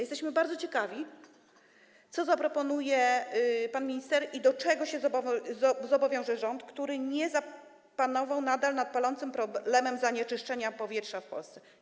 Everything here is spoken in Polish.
Jesteśmy bardzo ciekawi, co zaproponuje pan minister i do czego się zobowiąże rząd, który nadal nie zapanował nad palącym problemem zanieczyszczenia powietrza w Polsce.